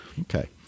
okay